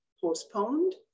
postponed